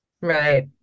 Right